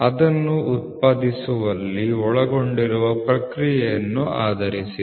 ಅದನ್ನು ಉತ್ಪಾದಿಸುವಲ್ಲಿ ಒಳಗೊಂಡಿರುವ ಪ್ರಕ್ರಿಯೆಯನ್ನು ಆಧರಿಸಿದೆ